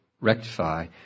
rectify